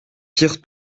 pires